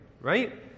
Right